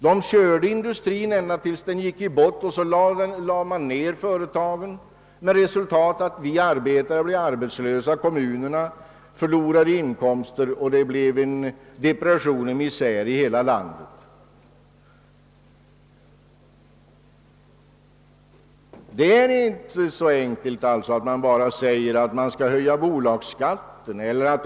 De körde industrierna ända till dess de gick i botten och lade sedan ned företagen med resultat att vi arbetare blev arbetslösa, kommunerna förlorade inkomster och det blev depression och misär i hela landet. Det hela är inte så enkelt att man bara kan höja bolagsskatten.